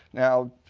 now,